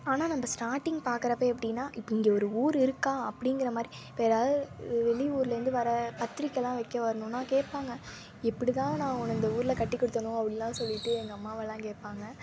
ஆனால் நம்ப ஸ்டார்ட்டிங் பார்க்குறப்ப எப்படின்னா இப்போ இங்கே ஒரு ஊர் இருக்கா அப்படிங்கிற மாதிரி இப்போ யாராவது வெளியூரில் இருந்து வர்ற பத்திரிக்கைலாம் வைக்க வரணும்னால் கேட்பாங்க எப்படி தான் நான் உன்னை இந்த ஊரில் கட்டி குடுத்தேனோ அப்படிலாம் சொல்லிவிட்டு எங்கள் அம்மாவெல்லாம் கேட்பாங்க